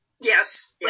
Yes